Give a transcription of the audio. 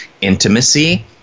intimacy